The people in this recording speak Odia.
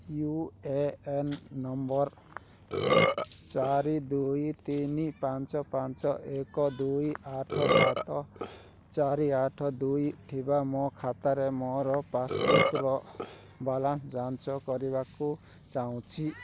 ୟୁ ଏ ଏନ୍ ନମ୍ବର୍ ଚାରି ଦୁଇ ତିନି ପାଞ୍ଚ ପାଞ୍ଚ ଏକ ଦୁଇ ଆଠ ସାତ ଚାରି ଆଠ ଦୁଇ ଥିବା ମୋ ଖାତାରେ ମୋର ପାସ୍ବୁକ୍ର ବାଲାନ୍ସ୍ ଯାଞ୍ଚ କରିବାକୁ ଚାହୁଁଛି